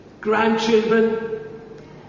Grandchildren